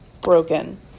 broken